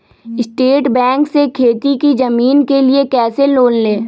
State bank से खेती की जमीन के लिए कैसे लोन ले?